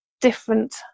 different